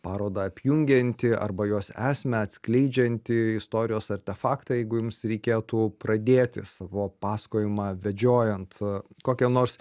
parodą apjungiantį arba jos esmę atskleidžiantį istorijos artefaktą jeigu jums reikėtų pradėti savo pasakojimą vedžiojant kokią nors